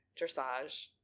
dressage